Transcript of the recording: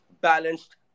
balanced